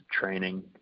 training